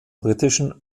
britischen